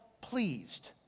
pleased